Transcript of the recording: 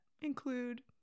include